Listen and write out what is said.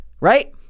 right